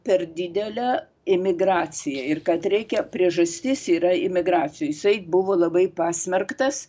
per didelę imigraciją ir kad reikia priežastis yra imigracijoj jisai buvo labai pasmerktas